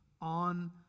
on